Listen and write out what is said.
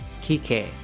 Kike